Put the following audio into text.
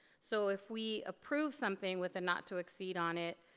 so if we approve something with a not to exceed on it